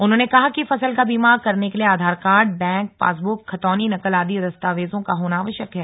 उन्होंने कहा कि फसल का बीमा करने के लिए आधार कार्ड बैंक पासबुक खतौनी नकल आदि दस्तावेजों का होना आवश्यक है